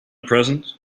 present